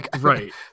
Right